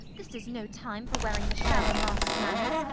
this is no time for wearing the shallow mask of manners.